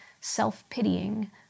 self-pitying